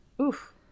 Oof